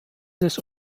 des